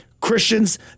Christians